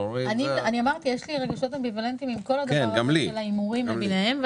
אמרתי שיש לי רגשות אמביוולנטיים כלפי כל ההימורים למיניהם.